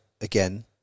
again